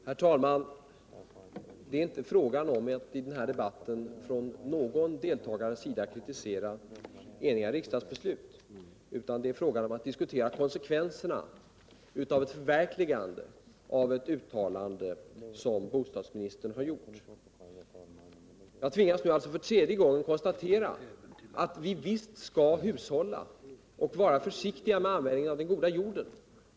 Herr talman! Det är inte i denna debatt för någon deltagare fråga om utt kritisera enhälliga riksdagsbeslut, utan det är fråga om att diskutera konsekvenserna av ett förverkligande av ett uttalande som bostadsministern här gjort. Jag tvingas nu för tredje gången konstatera att vi visst skall hushålla och vara försiktiga med användningen av den goda jorden.